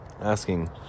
asking